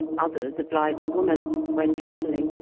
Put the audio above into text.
others oblige a woman, when travelling,